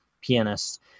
pianist